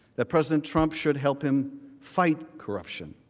that president trump should help him fight corruption.